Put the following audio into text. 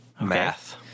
Math